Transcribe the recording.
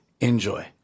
Enjoy